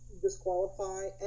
disqualify